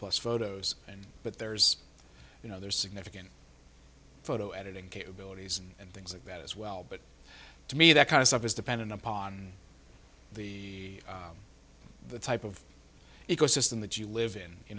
lus photos and but there's you know there's significant photo editing capabilities and things like that as well but to me that kind of stuff is dependent upon the the type of ecosystem that you live in you